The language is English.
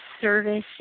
service